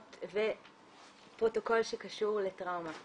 ופרוטוקול שקשור לטראומה